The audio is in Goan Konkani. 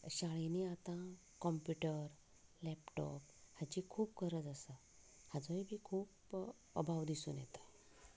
शाळेनी आतां कॉम्प्यूटर लॅपटॉप हाची खूप गरज आसा हाचोय बी खूब अभाव दिसून येता